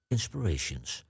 Inspirations